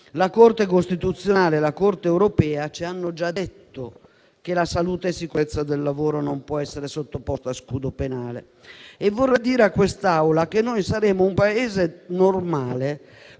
la Corte costituzionale e la Corte europea ci hanno già detto che la salute e la sicurezza del lavoro non possono essere sottoposte a scudo penale. E vorrei dire a quest'Assemblea che noi saremo un Paese normale